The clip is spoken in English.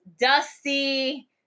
Dusty